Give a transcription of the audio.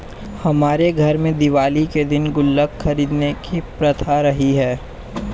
हमारे घर में दिवाली के दिन गुल्लक खरीदने की प्रथा रही है